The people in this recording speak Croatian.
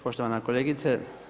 Poštovana kolegice.